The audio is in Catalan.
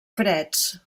freds